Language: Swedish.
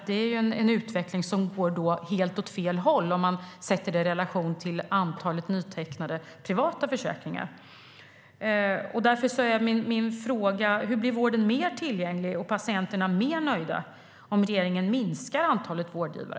Det är ju en utveckling som går åt helt fel håll om man sätter det i relation till antalet nytecknade privata försäkringar. Min fråga blir därför: Hur blir vården mer tillgänglig och patienterna nöjdare om regeringen minskar antalet vårdgivare?